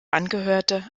angehörte